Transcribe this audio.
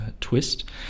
twist